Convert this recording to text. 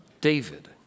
David